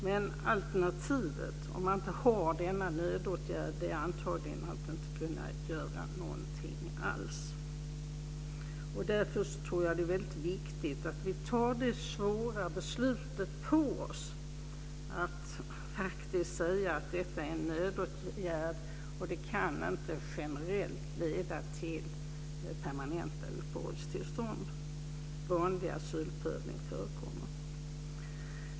Men alternativet, om man inte har denna nödåtgärd, är antagligen att inte kunna göra någonting alls. Därför tror jag att det är väldigt viktigt att vi tar på oss det svåra beslutet att säga att detta är en nödåtgärd, och det kan inte generellt leda till permanenta uppehållstillstånd. Vanlig asylprövning förekommer.